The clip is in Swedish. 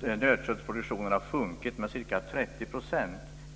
Nötköttsproduktionen har sjunkit med ca 30 %.